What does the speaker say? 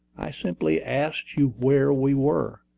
i simply asked you where we were,